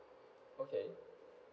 okay